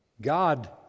God